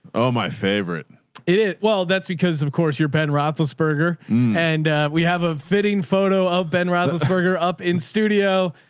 oh, my favorite is well that's because of course you're ben roethlisberger and we have a fitting photo of ben roethlisberger up in studio.